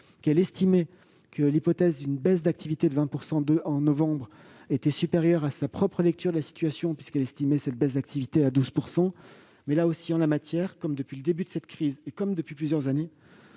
qu'elle estimait que notre hypothèse d'une baisse d'activité de 20 % en novembre était supérieure à sa propre lecture de la situation, puisqu'elle l'évalue à 12 %. Mais, en la matière, comme depuis le début de cette crise et comme depuis plusieurs années,